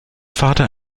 vater